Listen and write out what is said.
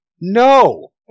no